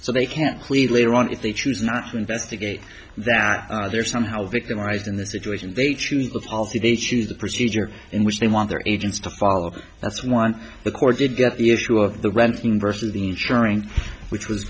so they can't lead later on if they choose not to investigate that they're somehow victimized in the situation they choose to they choose the procedure in which they want their agents to follow that's want the court did get the issue of the renting vs the insuring which was